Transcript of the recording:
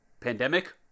pandemic